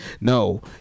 No